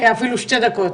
אפילו שתי דקות.